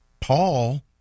Paul